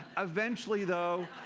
eventually, though,